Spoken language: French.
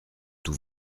tout